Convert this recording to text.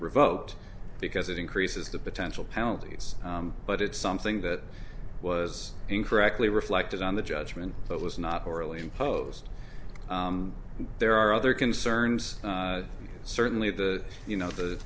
revoked because it increases the potential penalties but it's something that was incorrectly reflected on the judgment but was not overly imposed and there are other concerns certainly the you know the